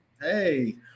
hey